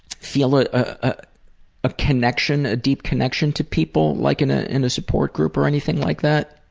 feel ah ah a connection, a deep connection to people, like in ah in a support group or anything like that?